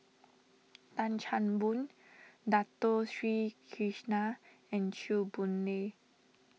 Tan Chan Boon Dato Sri Krishna and Chew Boon Lay